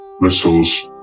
missiles